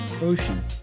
ocean